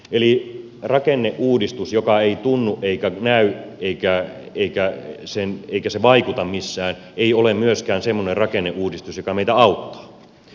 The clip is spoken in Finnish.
eli rakenneuudistus joka ei tunnu eikä näy eikä vaikuta missään ei ole myöskään semmoinen rakenneuudistus joka meitä auttaa